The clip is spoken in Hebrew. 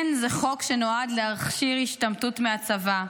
כן, זה חוק שנועד להכשיר השתמטות מהצבא,